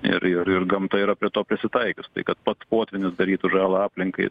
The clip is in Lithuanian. ir ir ir gamta yra prie to prisitaikius tai kad pats potvynis darytų žalą aplinkai